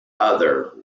other